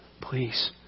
please